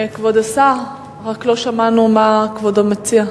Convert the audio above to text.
כבוד השר, רק לא שמענו מה כבודו מציע.